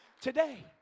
today